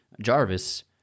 Jarvis